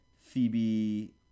Phoebe